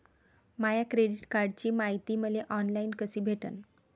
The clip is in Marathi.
माया क्रेडिट कार्डची मायती मले ऑनलाईन कसी भेटन?